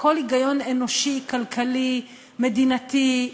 כל היגיון אנושי, כלכלי, מדינתי.